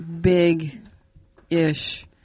big-ish